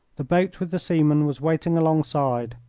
the boat with the seaman was waiting alongside.